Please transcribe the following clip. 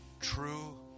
true